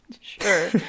sure